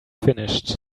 finished